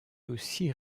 aussi